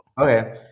okay